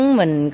mình